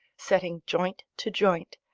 setting joint to joint,